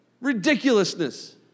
ridiculousness